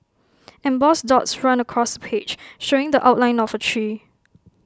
embossed dots run across the page showing the outline of A tree